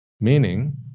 Meaning